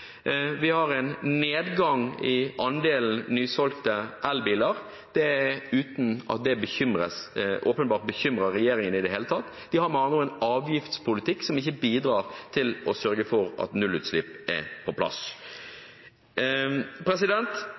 Vi har en nedgang i andelen nysolgte elbiler, uten at det åpenbart bekymrer regjeringen i det hele tatt. De har med andre ord en avgiftspolitikk som ikke bidrar til å sørge for at nullutslipp er på plass.